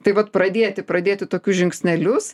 tai vat pradėti pradėti tokius žingsnelius